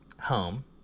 home